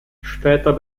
später